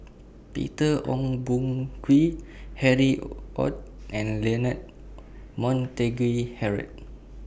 Peter Ong Boon Kwee Harry ORD and Leonard Montague Harrod